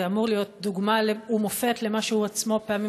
אמור להיות דוגמה ומופת למה שהוא עצמו פעמים